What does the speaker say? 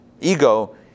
ego